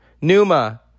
Numa